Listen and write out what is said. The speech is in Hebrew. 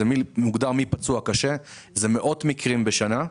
מדובר על מאות מקרים בשנה.